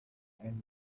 and